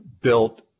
built